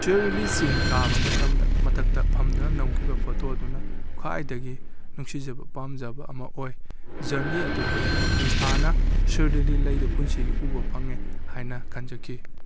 ꯁꯤꯔꯣꯏ lily ꯆꯤꯡ ꯀꯥꯕ ꯃꯇꯝꯗ ꯃꯊꯛꯇ ꯐꯝꯗꯨꯅ ꯅꯝꯈꯤꯕ ꯐꯣꯇꯣ ꯑꯗꯨꯅ ꯈ꯭ꯋꯥꯏꯗꯒꯤ ꯅꯨꯡꯁꯤꯖꯕ ꯄꯥꯝꯖꯕ ꯑꯃ ꯑꯣꯏ ꯖꯔꯅꯤ ꯑꯗꯨꯕꯨ ꯑꯩꯅ ꯃꯄꯨꯡ ꯐꯥꯅ ꯁꯤꯔꯣꯏ ꯂꯤꯂꯤ ꯂꯩꯗꯨ ꯄꯨꯟꯁꯤꯒꯤ ꯎꯕ ꯐꯪꯉꯦ ꯍꯥꯏꯅ ꯈꯟꯖꯈꯤ